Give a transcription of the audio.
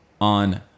on